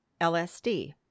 LSD